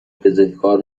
بزهکار